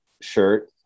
shirt